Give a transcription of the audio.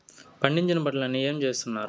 పండించిన పంటలని ఏమి చేస్తున్నారు?